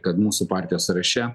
kad mūsų partijos sąraše